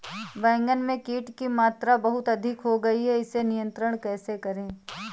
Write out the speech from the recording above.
बैगन में कीट की मात्रा बहुत अधिक हो गई है इसे नियंत्रण कैसे करें?